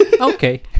Okay